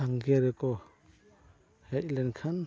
ᱥᱟᱸᱜᱷᱟᱨᱤᱭᱟᱹ ᱠᱚ ᱦᱮᱡ ᱞᱮᱱᱠᱷᱟᱱ